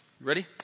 Ready